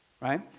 right